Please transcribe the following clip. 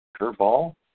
Curveball